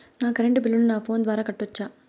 నా కరెంటు బిల్లును నా ఫోను ద్వారా కట్టొచ్చా?